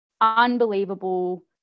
unbelievable